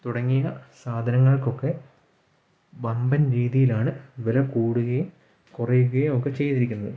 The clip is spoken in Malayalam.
തുടങ്ങിയ സാധനങ്ങൾക്കൊക്കെ വമ്പൻ രീതിയിലാണ് വില കൂടുകയും കുറയുകയും ഒക്കെ ചെയ്തിരിക്കുന്നത്